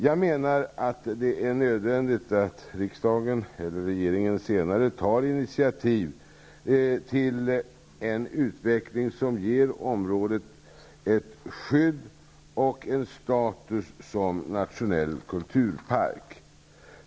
Jag menar att det är nödvändigt att riksdagen eller regeringen senare tar initiativ till en utveckling som ger området ett skydd och en status som nationell kulturpark.